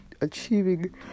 achieving